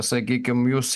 sakykim jūs